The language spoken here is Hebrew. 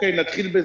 נתחיל בזה.